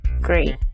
Great